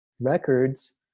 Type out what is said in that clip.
records